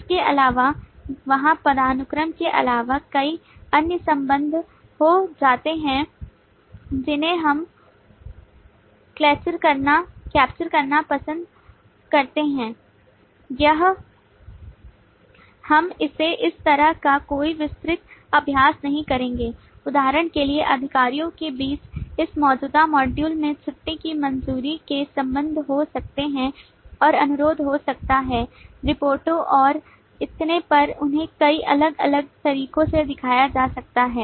इसके अलावा वहाँ पदानुक्रम के अलावा कई अन्य संबंध हो सकते हैं जिन्हें हम कैप्चर करना पसंद करते हैं हम इसे इस तरह का कोई विस्तृत अभ्यास नहीं करेंगे उदाहरण के लिए अधिकारियों के बीच इस मौजूदा मॉड्यूल में छुट्टी की मंजूरी के संबंध हो सकते हैं और अनुरोध हो सकता है रिपोर्टों और इतने पर उन्हें कई अलग अलग तरीकों से दिखाया जा सकता है